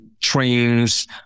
trains